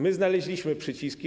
My znaleźliśmy przyciski.